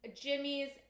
Jimmy's